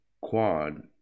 quad